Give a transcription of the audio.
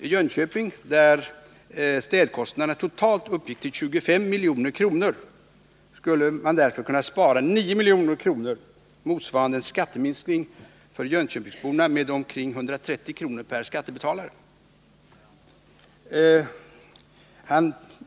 I Jönköping, där städkostnaderna totalt uppgick till 25 milj.kr., skulle man kunna spara 9 milj.kr., vilket för jönköpingsborna skulle motsvara en skatteminskning med omkring 130 kr. per skattebetalare.